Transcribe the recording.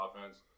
offense